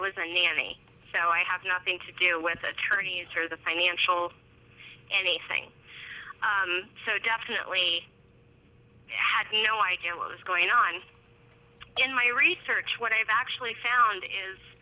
was a nanny so i have nothing to do with attorneys or the financial anything so definitely had no idea what was going on in my research what i've actually found is